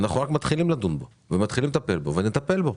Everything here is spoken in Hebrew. אנחנו רק מתחילים לדון בו ומתחילים לטפל בו ונטפל בו.